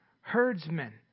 herdsmen